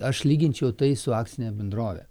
aš lyginčiau tai su akcine bendrove